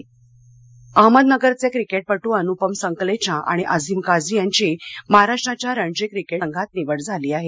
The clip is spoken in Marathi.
अहमदनगर अहमदनगरचे क्रिकेटपटू अनुपम संकलेचा आणि अझीम काझी यांची महाराष्ट्राच्या रणजी क्रिकेट संघामध्ये निवड झाली आहे